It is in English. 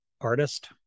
artist